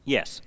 Yes